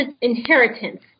inheritance